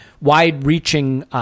wide-reaching